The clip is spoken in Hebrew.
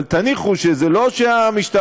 אבל תניחו שזה לא שהמשטרה.